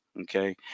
okay